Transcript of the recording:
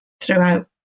throughout